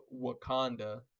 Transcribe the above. Wakanda